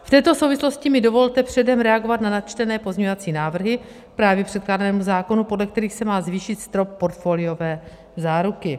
V této souvislosti mi dovolte předem reagovat na načtené pozměňovací návrhy k právě předkládanému zákonu, podle kterých se má zvýšit strop portfoliové záruky.